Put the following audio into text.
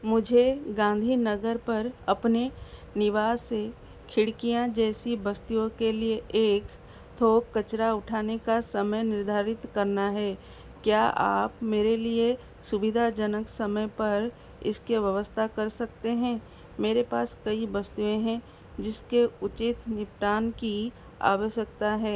मुझे गाँधीनगर पर अपने निवास से खिड़कियाँ जैसी वस्तुओं के लिए एक थोक कचरा उठाने का समय निर्धारित करना है क्या आप मेरे लिए सुविधाजनक समय पर इसकी व्यवस्था कर सकते हैं मेरे पास कई वस्तुएँ हैं जिसके उचित निपटान की आवश्यकता है